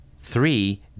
three